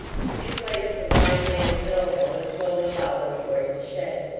took his place at the blind man's elbow, and slowly followed, towards the shed.